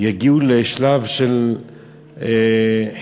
יגיעו לשלב של חינוך.